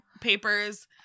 papers